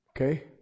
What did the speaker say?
Okay